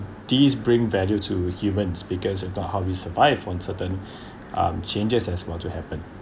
these bring value to humans because into how we survive on certain um changes as while to happen